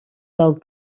del